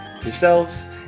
yourselves